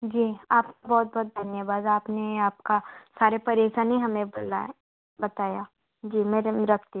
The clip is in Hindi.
जी आपका बहुत बहुत धन्यवाद आपने आपकी सारी परेशानी हमें बना बताई जी मैडम रखती हूँ